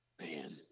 man